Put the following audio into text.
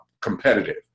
competitive